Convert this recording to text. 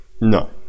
no